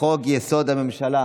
לחוק-יסוד: הממשלה